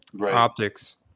optics